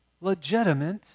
legitimate